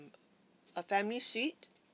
a family suite